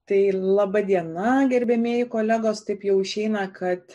tai laba diena gerbiamieji kolegos taip jau išeina kad